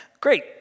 great